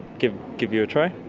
give give you a try.